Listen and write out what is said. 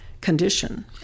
condition